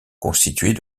constituée